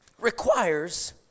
requires